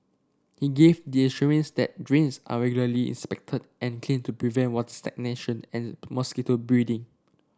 he gave the assurance that drains are regularly inspected and cleaned to prevent what's stagnation and mosquito breeding